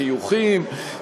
בחיוכים,